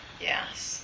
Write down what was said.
Yes